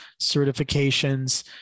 certifications